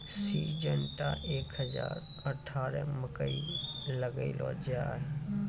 Syngenta एक हजार अठारह मकई लगैलो जाय?